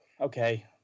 okay